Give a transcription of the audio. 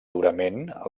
durament